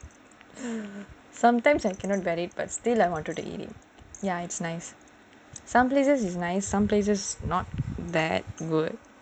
sometimes I cannot take it but still I wanted to eat it ya it's nice some places is nice some places not that good